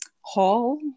hall